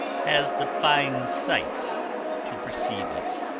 has the fine sight to perceive it,